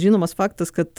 žinomas faktas kad